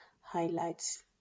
highlights